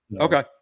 okay